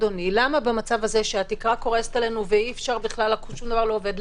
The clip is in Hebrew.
למה במצב הזה שהתקרה קורסת עלינו ואי-אפשר בכלל ושום דבר לא עובד,